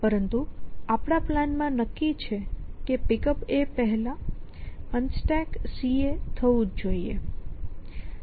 પરંતુ આપણા પ્લાન માં નક્કી છે કે Pickup પહેલા UnstackCA થવું જ જોઈએ